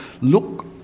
Look